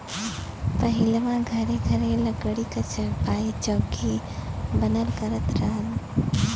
पहिलवां घरे घरे लकड़ी क चारपाई, चौकी बनल करत रहल